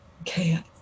okay